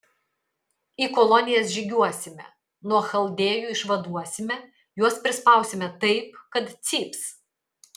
į kolonijas žygiuosime nuo chaldėjų išvaduosime juos prispausime taip kad cyps